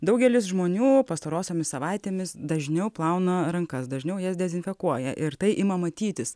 daugelis žmonių pastarosiomis savaitėmis dažniau plauna rankas dažniau jas dezinfekuoja ir tai ima matytis